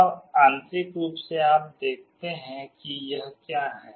अब आंतरिक रूप से आप देखते हैं कि यह क्या है